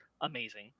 amazing